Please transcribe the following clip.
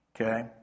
Okay